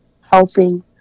helping